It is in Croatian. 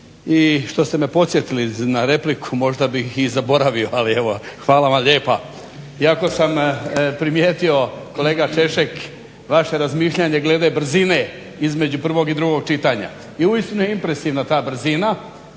i što ste me podsjetili na repliku, možda bih i zaboravio ali evo hvala vam lijepa. Iako sam primijetio kolega Češek vaše razmišljanje glede brzine između prvog i drugog čitanja. I u istinu je impresivna ta brzina,